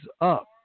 up